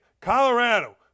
Colorado